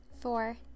Four